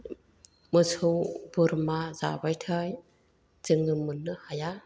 मोसौ बोरमा जाब्लाथाय जोङो मोननो हाया